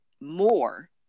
more